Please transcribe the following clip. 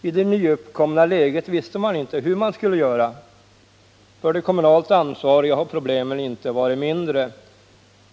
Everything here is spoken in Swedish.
I det nyuppkomna läget visste man inte hur man skulle göra. För de kommunalt ansvariga har problemen inte varit mindre.